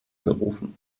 gerufen